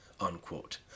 unquote